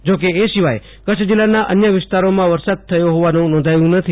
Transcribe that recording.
જો કે એ સિવાય કચ્છ જિલ્લાના અન્ય વિસ્તારોમા વરસાદ થયો હોવાનું નોંધાયુ નથી